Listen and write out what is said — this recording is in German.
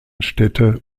städte